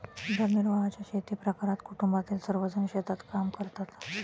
उदरनिर्वाहाच्या शेतीप्रकारात कुटुंबातील सर्वजण शेतात काम करतात